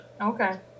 Okay